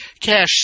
Cash